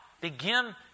Begin